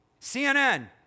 CNN